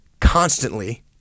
constantly